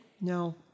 No